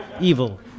evil